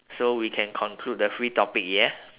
so we can conclude the free topic yeah